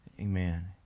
Amen